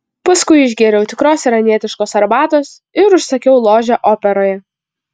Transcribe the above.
paskui išgėriau tikros iranietiškos arbatos ir užsakiau ložę operoje